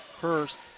Hurst